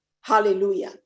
Hallelujah